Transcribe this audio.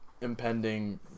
impending